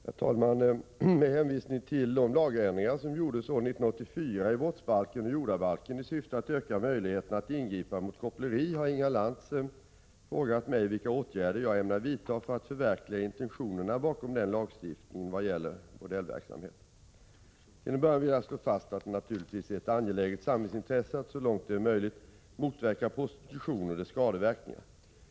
Herr talman! Med hänvisning till de lagändringar som gjordes år 1984 i brottsbalken och jordabalken i syfte att öka möjligheterna att ingripa mot koppleri har Inga Lantz frågat mig vilka åtgärder jag ämnar vidta för att förverkliga intentionerna bakom den lagstiftningen vad gäller bordellverksamhet. Till en början vill jag slå fast att det naturligtvis är ett angeläget samhällsintresse att så långt det är möjligt motverka prostitution och dess skadeverkningar.